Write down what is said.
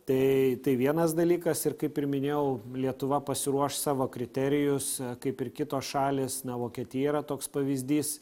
tai tai vienas dalykas ir kaip ir minėjau lietuva pasiruoš savo kriterijus kaip ir kitos šalys na vokietija yra toks pavyzdys